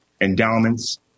endowments